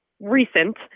recent